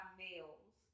males